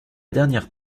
dernière